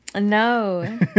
No